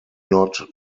not